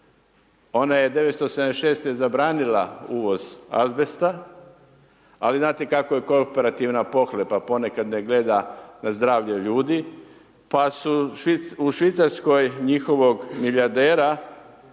Ona je 976. zabranila uvoz azbesta. Ali znate kako je kooperativna pohlepa, ponekad ne gleda na zdravlje ljudi, pa su u Švicarskoj njihovog milijardera